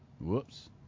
whoops